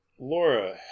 Laura